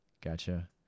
Gotcha